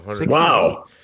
Wow